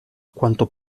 quanto